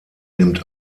nimmt